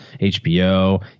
HBO